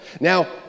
Now